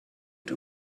too